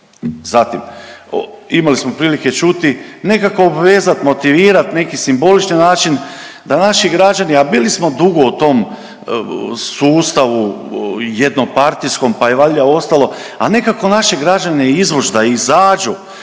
Zatim, imali smo prilike čuti, nekako obvezati, motivirati, neki simbolični način da naši građani, a bili smo dugo u tom sustavu jednopartijskom, pa je valjda ostalo, a nekako naše građane izvući da izađu